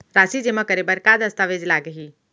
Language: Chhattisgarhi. राशि जेमा करे बर का दस्तावेज लागही?